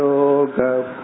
Yoga